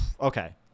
okay